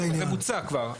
זה בוצע כבר.